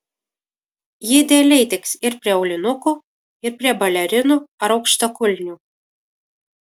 ji idealiai tiks ir prie aulinukų ir prie balerinų ar aukštakulnių